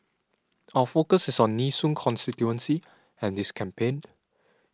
our focus is on Nee Soon constituency and this campaign